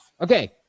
Okay